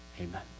Amen